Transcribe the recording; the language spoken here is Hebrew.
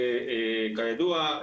כידוע,